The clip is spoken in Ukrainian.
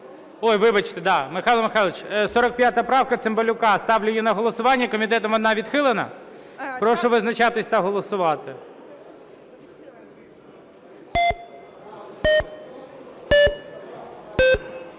Ой, вибачте, Михайло Михайлович. 45 правка Цимбалюка, ставлю її на голосування. Комітетом вона відхилена. Прошу визначатись та голосувати.